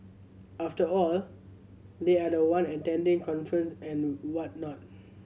after all they are the one attending conferences and whatnot